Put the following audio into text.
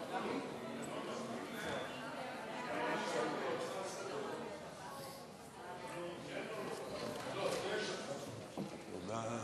תודה.